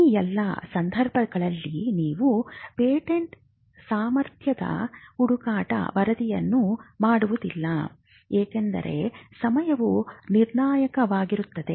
ಈ ಎಲ್ಲಾ ಸಂದರ್ಭಗಳಲ್ಲಿ ನೀವು ಪೇಟೆಂಟ್ ಸಾಮರ್ಥ್ಯದ ಹುಡುಕಾಟ ವರದಿಯನ್ನು ಮಾಡುವುದಿಲ್ಲ ಏಕೆಂದರೆ ಸಮಯವು ನಿರ್ಣಾಯಕವಾಗಿರುತ್ತದೆ